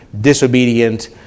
disobedient